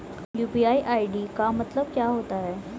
UPI ID का मतलब क्या होता है?